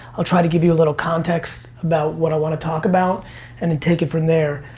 i'll try to give you a little context about what i want to talk about and then take it from there.